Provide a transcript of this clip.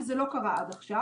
וזה לא קרה עד עכשיו.